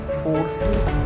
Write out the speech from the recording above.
forces